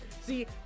See